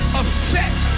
effect